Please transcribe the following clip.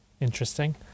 Interesting